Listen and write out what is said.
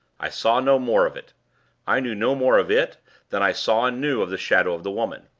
i saw no more of it i knew no more of it than i saw and knew of the shadow of the woman.